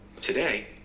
Today